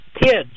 kids